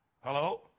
Hello